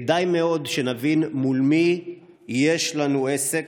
כדאי מאוד שנבין מול מי יש לנו עסק.